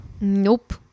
Nope